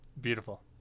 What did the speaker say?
Beautiful